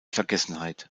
vergessenheit